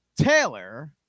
Taylor